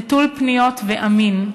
נטול פניות ואמין,